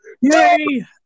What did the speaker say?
Yay